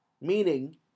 Meaning